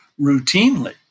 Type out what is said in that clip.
routinely